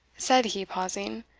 said he, pausing,